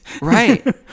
Right